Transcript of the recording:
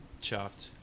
chopped